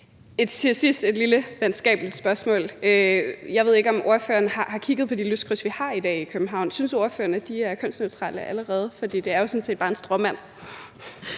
Til sidst et lille venskabeligt spørgsmål: Jeg ved ikke, om ordføreren har kigget på de lyskryds, vi i dag har i København. Synes ordføreren ikke, de er kønsneutrale allerede? For det er jo sådan set bare en stråmand.